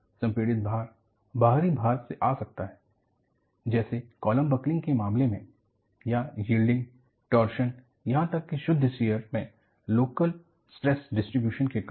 संपीड़ित भार बाहरी भार से आ सकता है जेसे कॉलम बकलिंग के मामले में या बेंडिंग टोर्जन यहां तक कि शुद्ध शियर में लोकल स्ट्रेसस डिस्ट्रब्यूशन के कारण